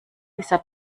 dieser